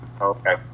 Okay